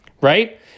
right